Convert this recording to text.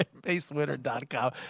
BaseWinner.com